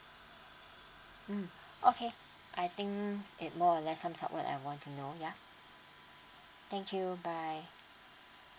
mm okay I think it more or less sumsup what when I want to know ya thank you bye